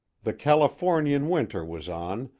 the californian winter was on,